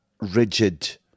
rigid